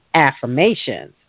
affirmations